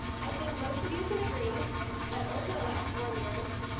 i think most of you can agree that over the last four years,